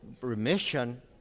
remission